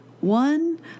one